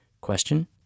Question